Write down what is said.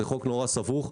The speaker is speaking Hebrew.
זה חוק סבוך מאוד.